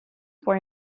were